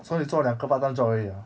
so 你做两个 part time job 而已 ah